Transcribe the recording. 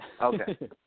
okay